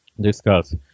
discuss